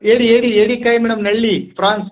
ಏಡಿ ಏಡಿ ಏಡಿಕಾಯಿ ಮೇಡಮ್ ನಳ್ಳಿ ಫ್ರಾನ್ಸ್